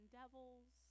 devils